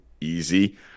Easy